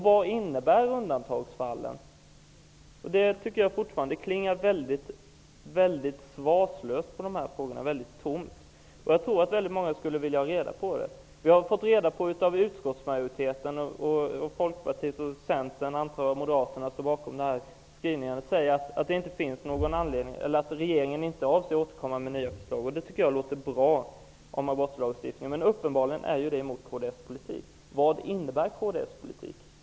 Vad innebär undantagsfallen? Jag tycker fortfarande att talet klingar tomt i svaren på dessa frågor. Jag tror att många skulle vilja ha reda på det. Vi har fått veta vad utskottsmajoriteten anser. Jag antar att Folkpartiet, Centern och Moderaterna står bakom skrivningarna, där det sägs att regeringen inte avser återkomma med nya förslag om abortlagstiftning. Det tycker jag låter bra. Men uppenbarligen är det mot kds politik. Vad innbär kds politik?